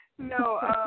No